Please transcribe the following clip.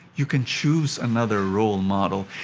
you can choose another role model.